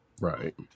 right